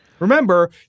Remember